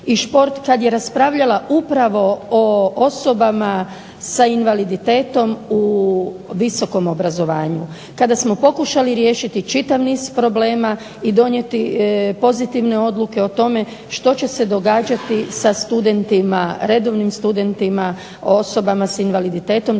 i šport kada je raspravlja upravo o osobama sa invaliditetom u visokom obrazovanju, kada smo pokušali riješiti čitav niz problema i donijeti pozitivne odluke o tome što će se događati sa redovnim studentima o osobama s invaliditetom